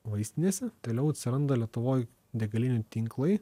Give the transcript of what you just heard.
vaistinėse vėliau atsiranda lietuvoj degalinių tinklai